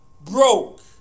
broke